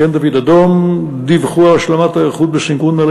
מגן-דוד-אדום דיווחו על השלמת ההיערכות בסנכרון מלא